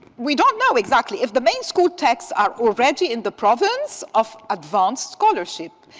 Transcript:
we don't know exactly. if the main school texts are already in the province of advanced scholarship,